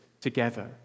together